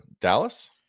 Dallas